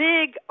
big